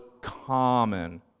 common